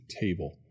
Table